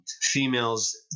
females